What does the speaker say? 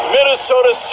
Minnesota